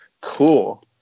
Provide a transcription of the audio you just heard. Cool